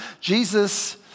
Jesus